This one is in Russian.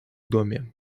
доме